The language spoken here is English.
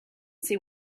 see